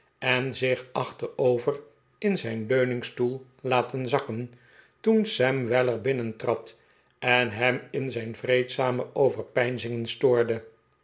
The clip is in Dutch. en zich achterover in zijn leuningstoel laten zakken toen sam weller binnentrad en hem in zijn vreedzame overpeinzingen stoorde